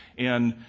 and,